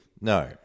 No